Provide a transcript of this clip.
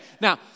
Now